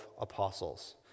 apostles